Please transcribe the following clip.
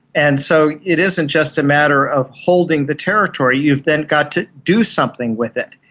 and so it isn't just a matter of holding the territory, you've then got to do something with it.